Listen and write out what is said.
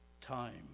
time